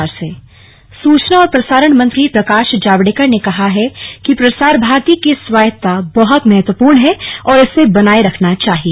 प्रकाश जावड़ेकर सूचना और प्रसारण मंत्री प्रकाश जावड़ेकर ने कहा है कि प्रसार भारती की स्वायत्तता बहत महत्वपूर्ण है और इसे बनाये रखना चाहिए